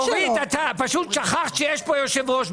כשזה ממוקד באיש אחד,